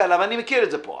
ואני מכיר את זה, יגידו: